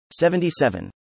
77